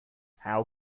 how